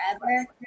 forever